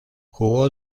jugó